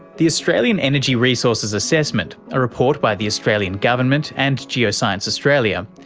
the australian energy resources assessment, a report by the australian government and geoscience australia,